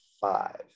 five –